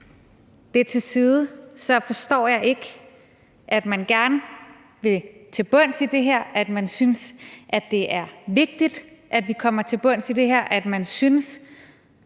det er sagt, forstår jeg ikke, at man gerne vil til bunds i det her, at man synes, at det er vigtigt, at vi kommer til bunds i det her, og at man synes,